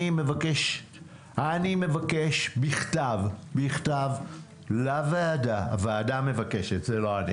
אני מבקש בכתב לוועדה הוועדה מבקשת, זה לא אני